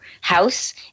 house